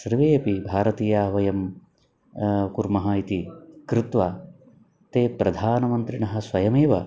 सर्वे अपि भारतीया वयं कुर्मः इति कृत्वा ते प्रधानमन्त्रिणः स्वयमेव